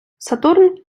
сатурн